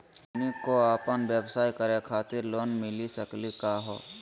हमनी क अपन व्यवसाय करै खातिर लोन मिली सकली का हो?